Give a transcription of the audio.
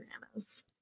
bananas